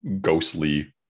ghostly